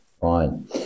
fine